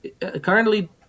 currently